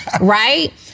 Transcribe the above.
right